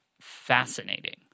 fascinating